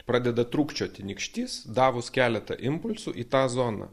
pradeda trūkčioti nykštys davus keletą impulsų į tą zoną